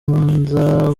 mbanza